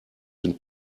den